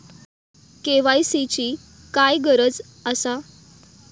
KYC ची काय गरज आसा?